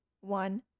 one